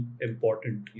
important